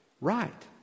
Right